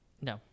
No